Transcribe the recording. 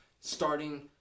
starting